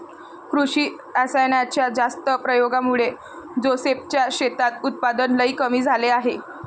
कृषी रासायनाच्या जास्त प्रयोगामुळे जोसेफ च्या शेतात उत्पादन लई कमी झाले आहे